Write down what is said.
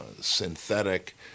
synthetic